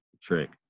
trick